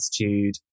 Attitude